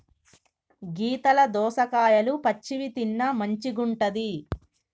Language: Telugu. గీతల దోసకాయలు పచ్చివి తిన్న మంచిగుంటది